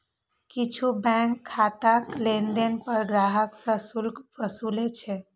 किछु बैंक खाताक लेनदेन पर ग्राहक सं शुल्क वसूलै छै